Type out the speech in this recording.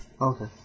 Okay